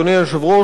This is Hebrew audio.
אדוני היושב-ראש,